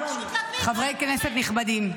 חברי כנסת נכבדים,